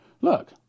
Look